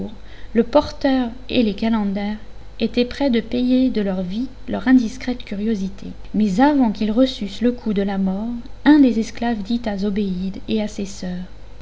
le porteur et les calenders étaient près de payer de leurs vies leur indiscrète curiosité mais avant qu'ils reçussent le coup de la mort un des esclaves dit à zobéide et à ses soeurs